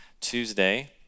Tuesday